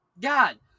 God